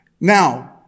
Now